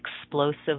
explosive